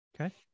Okay